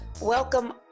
Welcome